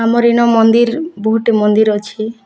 ଆମର୍ ଏନ ମନ୍ଦିର୍ ବହୁତଟେ ମନ୍ଦିର୍ ଅଛି